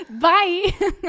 bye